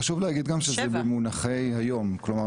גם חשוב להגיד שזה במונחים של היום כלומר,